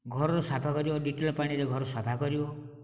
ଘରର ସଫା କରିବା ଡେଟଲ ପାଣିରେ ଘର ସଫା କରିବ